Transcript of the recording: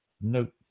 Nope